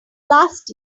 last